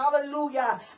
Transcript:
hallelujah